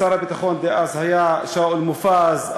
שר הביטחון דאז היה שאול מופז,